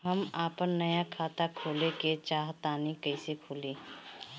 हम आपन नया खाता खोले के चाह तानि कइसे खुलि?